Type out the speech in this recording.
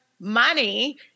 money